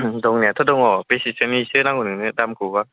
दंनायाथ' दङ बेसेसोनिसो नांगौ नोंनो दामखौबा